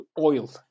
oil